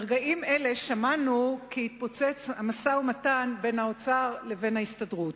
ברגעים אלה שמענו כי התפוצץ המשא-ומתן בין האוצר לבין ההסתדרות.